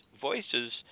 voices